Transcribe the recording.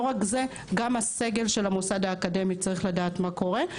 רק זה אלא גם הסגל של המוסד האקדמי צריך לדעת מה קורה.